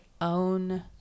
own